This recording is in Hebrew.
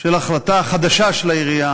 של ההחלטה החדשה של העירייה